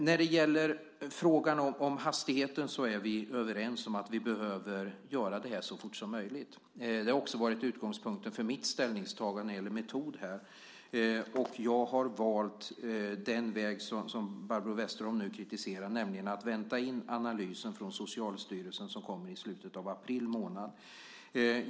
När det gäller frågan om hastigheten är vi överens om att vi behöver göra det så fort som möjligt. Det har också varit utgångspunkten för mitt ställningstagande när det gäller metod. Jag har valt den väg som Barbro Westerholm nu kritiserar, nämligen att vänta in analysen från Socialstyrelsen som kommer i slutet av april månad.